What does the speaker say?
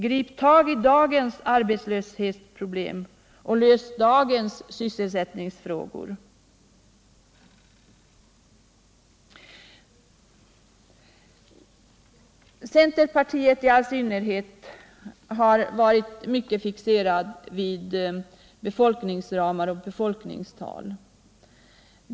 Grip tag i dagens arbetslöshetsproblem och lös dagens sysselsättningsfrågor! Centerpartiet i all synnerhet har varit starkt fixerat vid befolkningsramar och befolkningstal.